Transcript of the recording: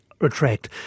retract